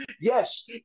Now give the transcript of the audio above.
Yes